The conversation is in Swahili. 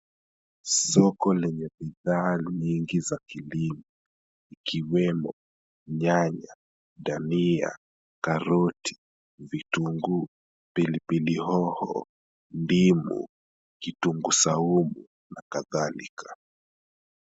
Soko lenye bidhaa nyingi za kilimo, ikiwemo; nyanya, dania, karoti, vitunguu, pilipili hoho, ndimu, kitunguu saumu na kadhalika.